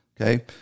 okay